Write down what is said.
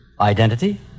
Identity